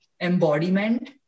embodiment